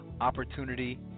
opportunity